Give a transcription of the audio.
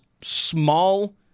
small